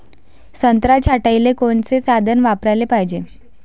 संत्रा छटाईले कोनचे साधन वापराले पाहिजे?